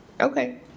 Okay